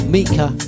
Mika